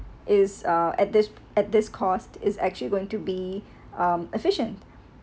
is uh at this at this caused is actually going to be um efficient